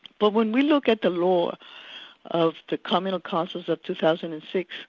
but when we look at the law of the communal councils of two thousand and six,